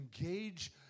engage